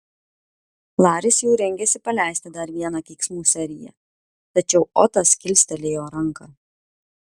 laris jau rengėsi paleisti dar vieną keiksmų seriją tačiau otas kilstelėjo ranką